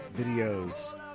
videos